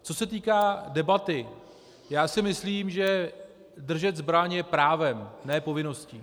Co se týká debaty, já si myslím, že držet zbraň je právem, ne povinností.